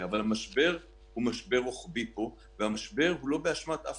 אבל המשבר פה הוא משבר רוחבי והמשבר הוא לא באשמת אף